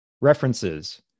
References